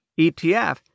ETF